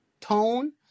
tone